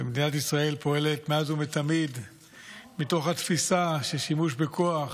ומדינת ישראל פועלת מאז ומתמיד מתוך התפיסה ששימוש בכוח